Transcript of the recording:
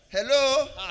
Hello